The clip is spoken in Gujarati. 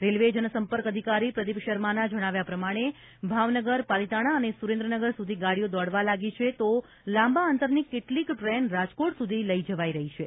રેલ્વે જનસંપર્ક અધિકારી પ્રદીપ શર્માના જણાવ્યા પ્રમાણે ભાવનગર પાલીતાણા અને સુરેન્દ્રનગર સુધી ગાડીઓ દોડવા લાગી છે તો લાંબા અંતરની કેટલીક ટ્રેન રાજકોટ સુધી લઇ જવાઇ રહી છે